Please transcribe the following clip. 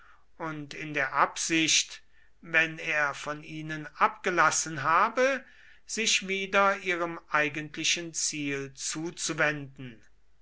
und in der absicht wenn er von ihnen abgelassen habe sich wieder ihrem eigentlichen ziel zuzuwenden